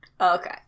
Okay